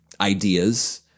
ideas